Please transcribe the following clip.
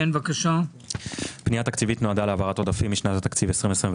הפנייה התקציבית נועדה להעברת עודפים משנת התקציב 2021